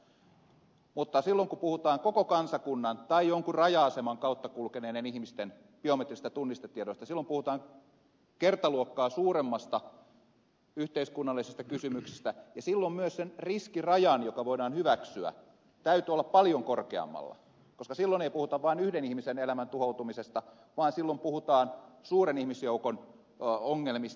mutta silloin kun puhutaan koko kansakunnan tai jonkun raja aseman kautta kulkeneiden ihmisten biometrisistä tunnistetiedoista silloin puhutaan kertaluokkaa suuremmasta yhteiskunnallisesta kysymyksestä ja silloin myös sen riskirajan joka voidaan hyväksyä täytyy olla paljon korkeammalla koska silloin ei puhuta vain yhden ihmisen elämän tuhoutumisesta vaan silloin puhutaan suuren ihmisjoukon ongelmista